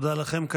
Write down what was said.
תודה לכם.